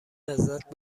لذت